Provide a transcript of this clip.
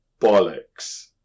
Bollocks